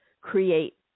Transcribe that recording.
create